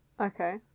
Okay